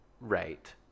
right